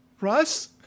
Russ